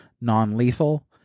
non-lethal